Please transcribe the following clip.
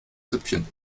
süppchen